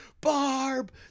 Barb